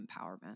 empowerment